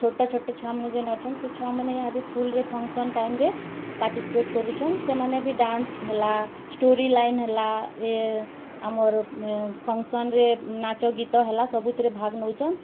ଛୋଟ ଛୋଟ ଛୁଆମାନେ ଯେନ୍ ଅଛନ୍ ସେ ଛୁଆମାନେ ନିହାତି ସ୍କୁଲ୍ରେ ଫଙ୍କ୍ସନ୍ ଟାଇମ୍ରେ ପାର୍ଟିସିପେଟ୍ କରୁଛନ୍ ସେମାନେ ବି ଡ୍ୟାନ୍ସ ହେଲା ଷ୍ଟୋରି ଲାଇନ୍ ହେଲା ଆମର ଫଙ୍କ୍ସନ୍ରେ ନାଚ ଗୀତ ହେଲା ସବୁଥିରେ ଭାଗ୍ ନଉଚନ୍